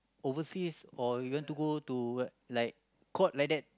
overseas or you want to go to what like court like that